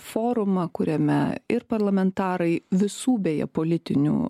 forumą kuriame ir parlamentarai visų beje politinių